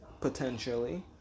potentially